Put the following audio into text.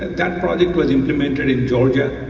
that project was implemented in georgia,